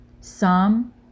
Psalm